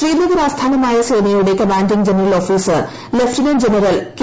ശ്രീനഗർ ആസ്ഥാനമായ സേനയുടെ commanding general officer lieutenant general K